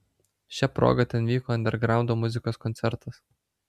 šia proga ten vyko andergraundo muzikos koncertas